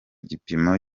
gipimo